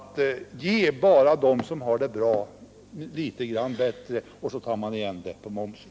Det är helt enkelt att göra det litet bättre för dem som har det bra, och det tar man igen på momsen.